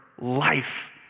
life